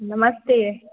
नमस्ते